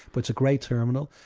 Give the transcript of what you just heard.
but it's a great terminal.